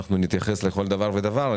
ואנחנו נתייחס לכל דבר ודבר.